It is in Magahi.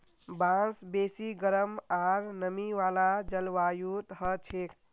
बांस बेसी गरम आर नमी वाला जलवायुत हछेक